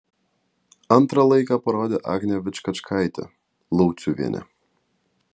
antrą laiką parodė agnė vičkačkaitė lauciuvienė